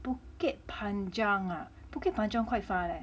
bukit panjang bukit panjang quite far leh